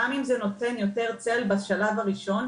גם אם זה נותן יותר צל בשלב הראשון,